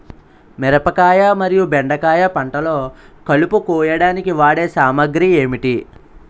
మిరపకాయ మరియు బెండకాయ పంటలో కలుపు కోయడానికి వాడే సామాగ్రి ఏమిటి?